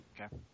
Okay